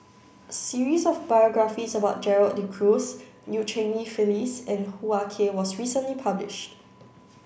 a series of biographies about Gerald De Cruz Eu Cheng Li Phyllis and Hoo Ah Kay was recently published